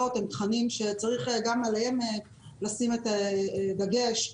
הן תכנים שגם עליהם צריך לשים את הדגש.